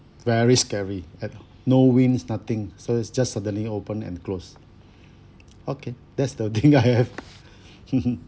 very scary at no winds nothing just just suddenly open and close okay that's the thing I have